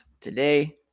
today